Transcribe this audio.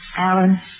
Alan